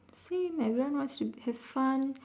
same everyone wants to have fun